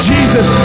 Jesus